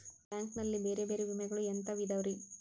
Bank ನಲ್ಲಿ ಬೇರೆ ಬೇರೆ ವಿಮೆಗಳು ಎಂತವ್ ಇದವ್ರಿ?